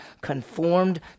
conformed